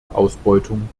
ausbeutung